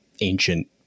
ancient